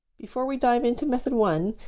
before we dive into method one,